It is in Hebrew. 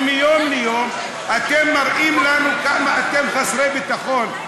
ומיום ליום אתם מראים לנו כמה אתם חסרי ביטחון.